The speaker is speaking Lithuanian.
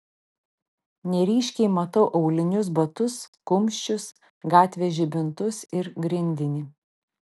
neryškiai matau aulinius batus kumščius gatvės žibintus ir grindinį